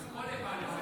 הכול הבנו.